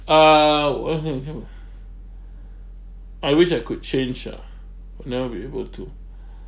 uh I wish I could change ah now be able to